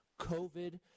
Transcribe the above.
COVID